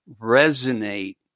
resonate